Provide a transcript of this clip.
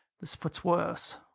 this foot's worse.